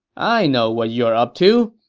i know what you're up to.